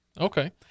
Okay